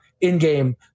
in-game